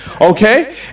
Okay